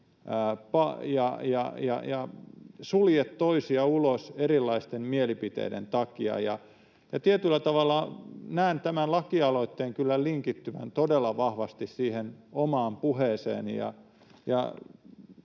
ja sulje toisia ulos erilaisten mielipiteiden takia. Tietyllä tavalla näen tämän lakialoitteen kyllä linkittyvän todella vahvasti siihen omaan puheeseeni.